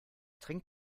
trink